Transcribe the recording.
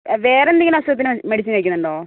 വേറെ എന്തെങ്കിലും അസുഖത്തിന് മെഡിസിൻ കഴിക്കുന്നുണ്ടോ